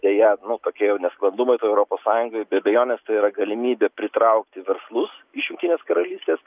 deja tokie jau nesklandumai toj europos sąjungai be abejonės tai yra galimybė pritraukti verslus iš jungtinės karalystės